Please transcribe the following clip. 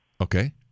Okay